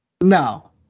No